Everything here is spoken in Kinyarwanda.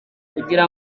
kugira